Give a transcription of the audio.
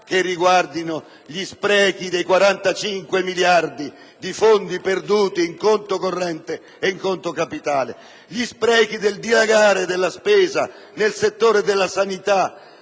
che riguardino gli sprechi dei 45 miliardi di fondi perduti in conto corrente e in conto capitale, gli sprechi del dilagare della spesa nel settore della sanità,